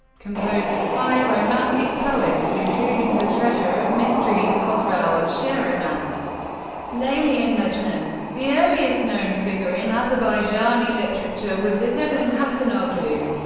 composed of five romantic poems, including the treasure of mysteries, khosrow and shirin, and leyli and mejnun. the earliest known figure in azerbaijani literature was izzeddin hasanoglu,